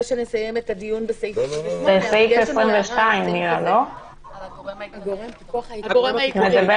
שנסיים את הדיון בסעיף 28. לא פתרנו כבר